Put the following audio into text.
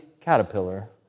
caterpillar